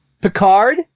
Picard